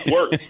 Work